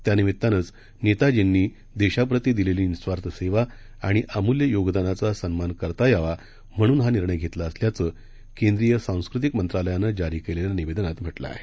त्यानिमीत्तानंच नेताजींनी देशाप्रती दिलेली निःस्वार्थ सेवा आणि अमूल्य योगदानाचा सन्मान करता यावा म्हणून हा निर्णय घेतला असल्याचं केंद्रीय सांस्कृतिक मंत्रालयानं जारी केलेल्या निवेदनात म्हटलं आहे